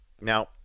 Now